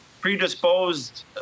predisposed